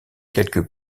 quelque